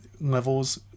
levels